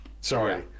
sorry